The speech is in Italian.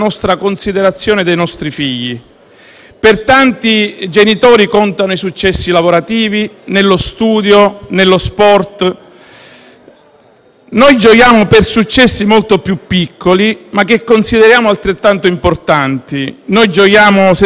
Per tanti genitori, contano i successi lavorativi, nello studio, nello sport. Noi gioiamo per successi molto più piccoli, ma che consideriamo altrettanto importanti: noi gioiamo se riusciamo a farli mangiare da soli,